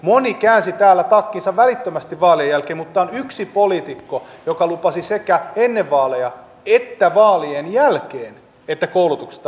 moni käänsi täällä takkinsa välittömästi vaalien jälkeen mutta täällä on yksi poliitikko joka lupasi sekä ennen vaaleja että vaalien jälkeen että koulutuksesta ei leikata